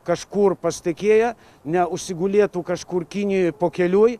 kažkur pas tiekėją neužsigulėtų kažkur kinijoj pakeliui